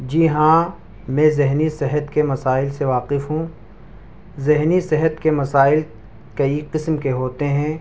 جی ہاں میں ذہنی صحت کے مسائل سے واقف ہوں ذہنی صحت کے مسائل کئی قسم کے ہوتے ہیں